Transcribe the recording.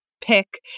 pick